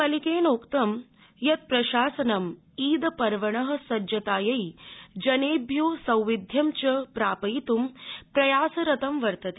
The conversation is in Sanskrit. मलिकेनोक्तं यत् प्रशासनं ईद पर्वण सज्जतायै जनेभ्यो सौविध्यं च प्रापयित्ं प्रयासरतं वर्तते